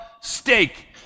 steak